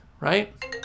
right